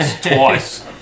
twice